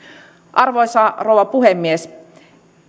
arvoisa rouva puhemies